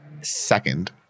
second